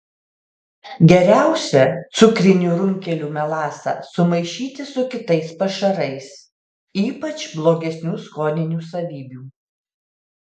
geriausia cukrinių runkelių melasą sumaišyti su kitais pašarais ypač blogesnių skoninių savybių